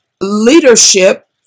leadership